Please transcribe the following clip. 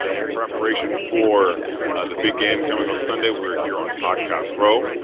ah in preparation for the big game coming on sunday. we're here on podcast, bro.